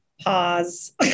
pause